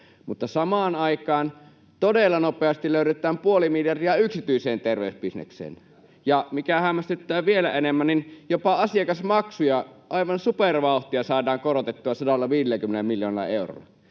samaan aikaan todella nopeasti löydetään puoli miljardia yksityiseen terveysbisnekseen, ja mikä hämmästyttää vielä enemmän, jopa asiakasmaksuja aivan supervauhtia saadaan korotettua 150 miljoonalla eurolla.